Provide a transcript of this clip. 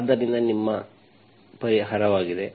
ಆದ್ದರಿಂದ ಇದು ನಿಮ್ಮ ಪರಿಹಾರವಾಗಿದೆ